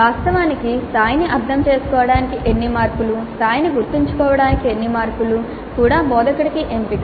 వాస్తవానికి స్థాయిని అర్థం చేసుకోవడానికి ఎన్ని మార్కులు స్థాయిని గుర్తుంచుకోవడానికి ఎన్ని మార్కులు కూడా బోధకుడి ఎంపిక